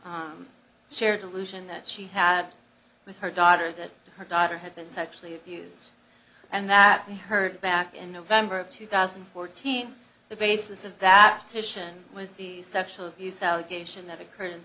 the shared delusion that she had with her daughter that her daughter had been sexually abused and that we heard back in november of two thousand and fourteen the basis of that mission was the sexual abuse allegation that occurred in